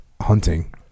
hunting